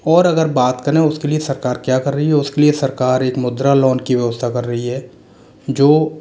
और अगर बात करें उसके लिए सरकार क्या कर रही है उसके लिए सरकार एक मुद्रा लोन की व्यवस्था कर रही है जो